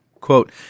Quote